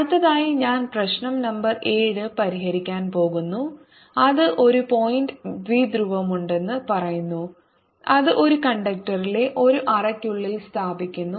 അടുത്തതായി ഞാൻ പ്രശ്നം നമ്പർ 7 പരിഹരിക്കാൻ പോകുന്നു അത് ഒരു പോയിന്റ് ദ്വിധ്രുവമുണ്ടെന്ന് പറയുന്നു അത് ഒരു കണ്ടക്ടറിലെ ഒരു അറയ്ക്കുള്ളിൽ സ്ഥാപിക്കുന്നു